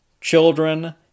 children